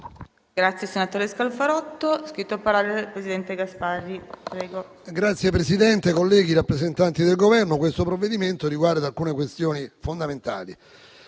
Signor Presidente, colleghi, rappresentanti del Governo, questo provvedimento riguarda alcune questioni fondamentali: